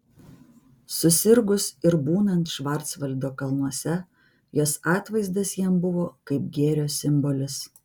susirgus ir būnant švarcvaldo kalnuose jos atvaizdas jam buvo kaip gėrio simbolis